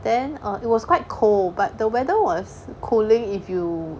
then err it was quite cold but the weather was cooling if you